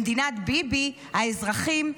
במדינת ביבי האזרחים,